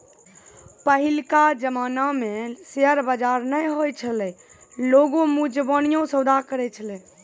पहिलका जमाना मे शेयर बजार नै होय छलै लोगें मुजबानीये सौदा करै छलै